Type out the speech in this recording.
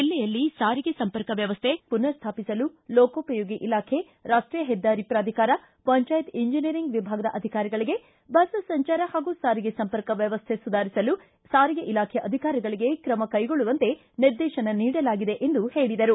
ಜಿಲ್ಲೆಯಲ್ಲಿ ಸಾರಿಗೆ ಸಂಪರ್ಕ ವ್ಯವಸ್ಥೆ ಪುನರ್ ಸ್ವಾಪಿಸಲು ಲೋಕೋಪಯೋಗಿ ಇಲಾಖೆ ರಾಷ್ಷೀಯ ಹೆದ್ದಾರಿ ಪ್ರಾಧಿಕಾರ ಪಂಚಾಯತ್ ಎಂಜಿನಿಯರಿಂಗ್ ವಿಭಾಗದ ಅಧಿಕಾರಿಗಳಿಗೆ ಬಸ್ ಸಂಚಾರ ಹಾಗೂ ಸಾರಿಗೆ ಸಂಪರ್ಕ ವ್ಯವಸ್ಥೆ ಸುಧಾರಿಸಲು ಸಾರಿಗೆ ಇಲಾಖೆ ಅಧಿಕಾರಿಗಳಿಗೆ ಕ್ರಮ ಕೈಗೊಳ್ಳುವಂತೆ ನಿರ್ದೇಶನ ನೀಡಲಾಗಿದೆ ಎಂದು ಹೇಳಿದರು